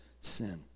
sin